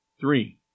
Three